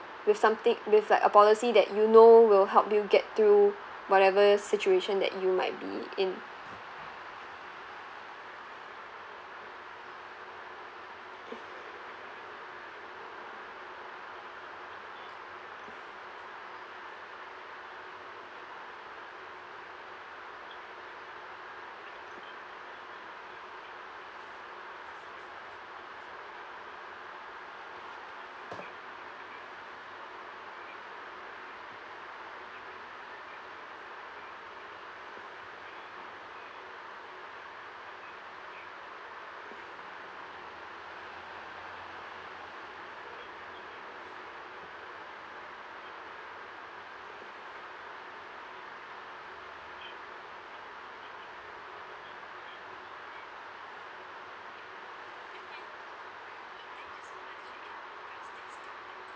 with something with like a policy that you know will help you get through whatever situation that you might be in